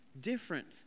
different